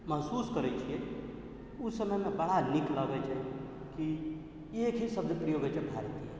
महसूस करै छिए ओहि समयमे बड़ा नीक लगै छै कि एक ही शब्दके प्रयोग होइ छै भारतीय